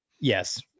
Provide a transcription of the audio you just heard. Yes